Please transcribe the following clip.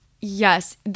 Yes